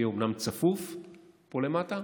יהיה אומנם צפוף פה למטה,